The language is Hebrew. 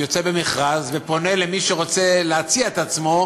הוא יוצא במכרז ופונה למי שרוצה להציע את עצמו